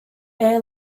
air